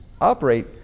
operate